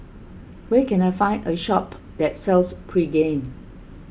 where can I find a shop that sells Pregain